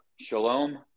Shalom